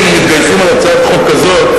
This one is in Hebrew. אם מתגייסים על הצעת חוק כזאת,